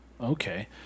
okay